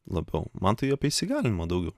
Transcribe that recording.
labiau man tai apie įsigalinimą daugiau